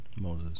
Moses